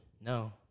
No